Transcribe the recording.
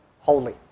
holy